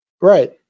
Right